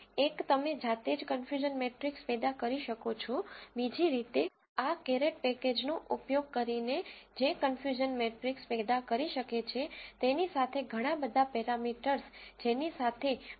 એક તમે જાતે જ કન્ફયુઝન મેટ્રીક્સ પેદા કરી શકો છો બીજી રીતે આ કેરેટ પેકેજનો ઉપયોગ કરીને જે કન્ફયુઝન મેટ્રીક્સ પેદા કરી શકે છે તેની સાથે ઘણા બધા પેરામીટર્સ જેની સાથે પ્રો